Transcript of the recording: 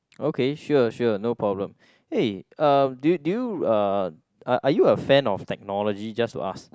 okay sure sure no problem eh uh do you do you uh are are you a fan of technology just to ask